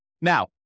Now